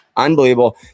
unbelievable